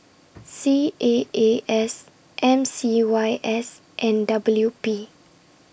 C A A S M C Y S and W P